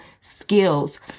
skills